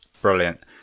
Brilliant